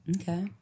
Okay